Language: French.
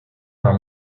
par